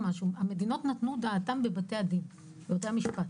המדינות נתנו דעתן בבתי הדין, בבתי המשפט.